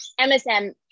MSM